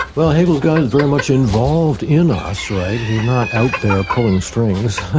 well hegel's god is very much involved in us, right? he's not out there pulling strings.